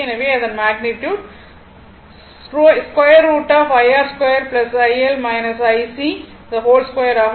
எனவே அதன் மேக்னிட்யுட் ஆகும்